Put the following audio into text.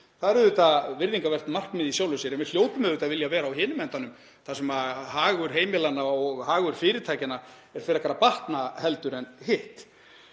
Það er auðvitað virðingarvert markmið í sjálfu sér, en við hljótum auðvitað að vilja vera á hinum endanum þar sem hagur heimilanna og hagur fyrirtækjanna er frekar að batna heldur en hitt.